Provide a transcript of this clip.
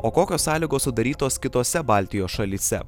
o kokios sąlygos sudarytos kitose baltijos šalyse